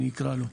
אני אקרא לו.